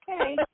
Okay